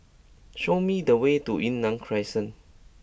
show me the way to Yunnan Crescent